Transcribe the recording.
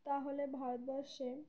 তাহলে ভারতবর্ষে